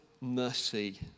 mercy